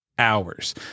hours